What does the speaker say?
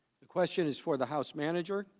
the questions for the house manager